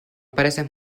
pareces